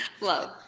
love